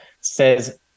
says